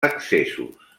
accessos